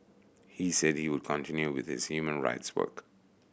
he said he would continue with his human rights work